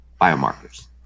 biomarkers